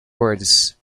words